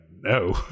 No